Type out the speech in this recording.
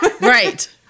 Right